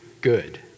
good